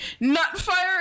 Nutfire